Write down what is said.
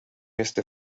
este